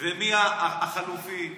והחלופי,